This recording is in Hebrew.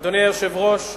אדוני היושב-ראש,